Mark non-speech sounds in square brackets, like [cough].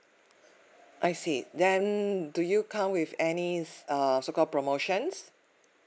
I see then do you come with any [noise] uh so called promotions